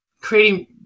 creating